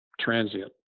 transient